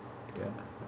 ya